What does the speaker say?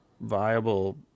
viable